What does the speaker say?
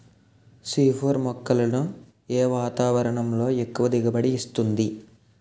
C four మొక్కలను ఏ వాతావరణంలో ఎక్కువ దిగుబడి ఇస్తుంది?